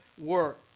work